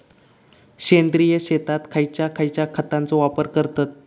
सेंद्रिय शेतात खयच्या खयच्या खतांचो वापर करतत?